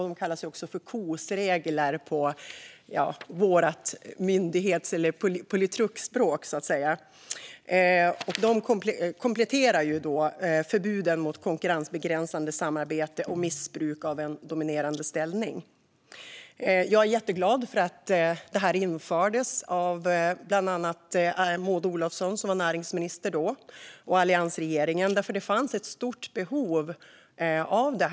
De kallas KOS-regler på vårt myndighets eller politrukspråk. De kompletterar förbuden mot konkurrensbegränsande samarbete och missbruk av en dominerande ställning. Jag är jätteglad att de här reglerna infördes - av bland andra Maud Olofsson, som var näringsminister då, och alliansregeringen - eftersom det fanns ett stort behov av dem.